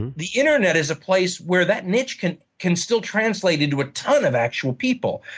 and the internet is a place where that niche can can still translate into a ton of actual people.